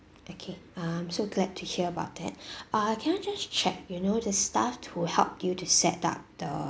okay um so glad to hear about that uh can I just check you know the staff who help you to set up the